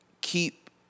keep